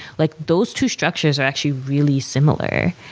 like those two structures are actually really similar,